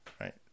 right